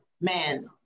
man